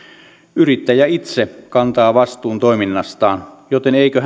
yrittäjä itse kantaa vastuun toiminnastaan joten eikö